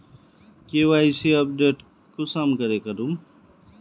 KYC update कुंसम करे करूम?